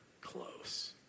close